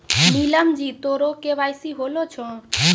नीलम जी तोरो के.वाई.सी होलो छौं?